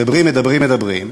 מדברים, מדברים, מדברים,